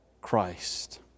Christ